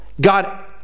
God